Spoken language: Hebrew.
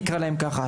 נקרא להם ככה,